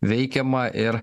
veikiama ir